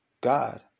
God